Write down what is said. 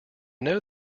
know